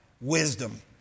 wisdom